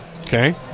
Okay